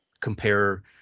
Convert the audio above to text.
compare